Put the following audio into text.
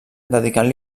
dedicant